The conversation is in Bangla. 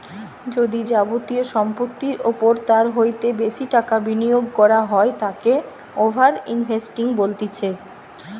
যদি যাবতীয় সম্পত্তির ওপর তার হইতে বেশি টাকা বিনিয়োগ করা হয় তাকে ওভার ইনভেস্টিং বলতিছে